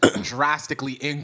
drastically